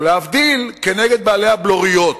או להבדיל, נגד בעלי הבלוריות,